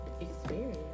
experience